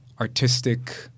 artistic